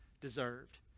deserved